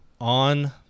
on